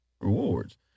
rewards